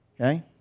Okay